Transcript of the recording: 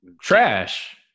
Trash